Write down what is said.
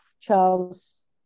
Charles